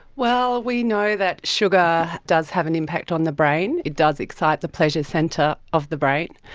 well, we know that sugar does have an impact on the brain, it does excite the pleasure centre of the brain.